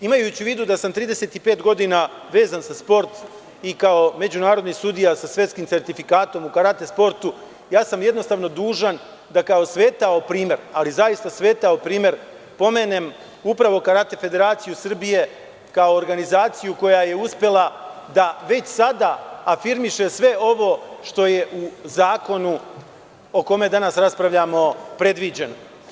Imajući u vidu da sam 35 godina vezan za sport i kao međunarodni sudija sa svetskim sertifikatom u karate sportu, jednostavno dužan sam da kao svetao primer, ali zaista svetao primer pomenem upravo Karate federaciju Srbije kao organizaciju koja je uspela da već sada afirmiše sve ovo što je u zakonu o kome danas raspravaljamo predviđen.